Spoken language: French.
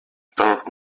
peint